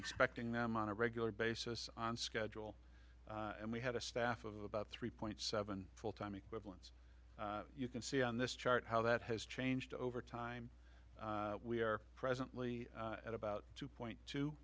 expecting them on a regular basis on schedule and we had a staff of about three point seven full time equivalent you can see on this chart how that has changed over time we are presently at about two point t